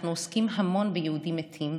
אנחנו עוסקים המון ביהודים מתים,